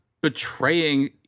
betraying